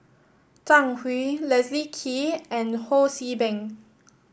Zhang Hui Leslie Kee and Ho See Beng